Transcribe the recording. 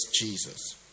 Jesus